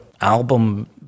album